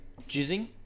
Jizzing